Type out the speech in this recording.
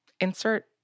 insert